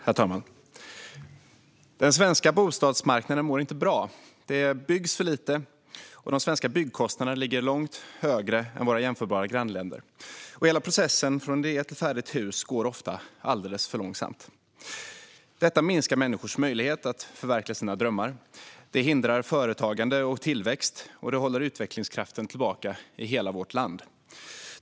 Herr talman! Den svenska bostadsmarknaden mår inte bra. Det byggs för lite, de svenska byggkostnaderna ligger långt högre än våra jämförbara grannländer och hela processen från idé till färdigt hus går ofta alldeles för långsamt. Detta minskar människors möjlighet att förverkliga sina drömmar, det hindrar företagande och tillväxt och det håller utvecklingskraften tillbaka i hela vårt land.